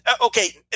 okay